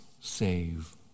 save